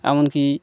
এমনকি